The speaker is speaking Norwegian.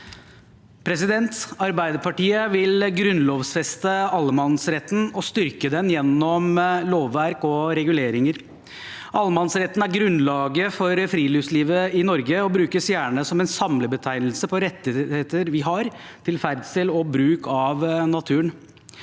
Arbeiderpartiet vil grunnlovfeste allemannsretten og styrke den gjennom lovverk og reguleringer. Allemannsretten er grunnlaget for friluftslivet i Norge og brukes gjerne som en samlebetegnelse på rettigheter vi har til ferdsel i og bruk av naturen.